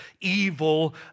evil